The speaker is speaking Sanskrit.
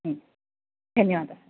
धन्यवादः